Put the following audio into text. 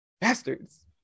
bastards